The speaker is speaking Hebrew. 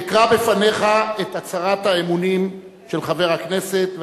אקרא בפניך את הצהרת האמונים של חבר הכנסת,